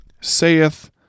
saith